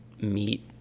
meet